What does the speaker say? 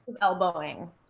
Elbowing